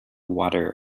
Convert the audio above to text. water